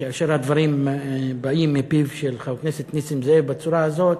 כאשר הדברים באים מפיו של חבר הכנסת נסים זאב בצורה הזאת,